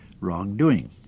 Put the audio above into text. wrongdoing